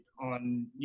on